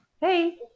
Hey